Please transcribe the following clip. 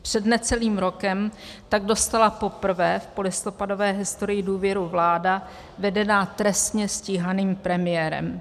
Před necelým rokem tak dostala poprvé v polistopadové historii důvěru vláda vedená trestně stíhaným premiérem.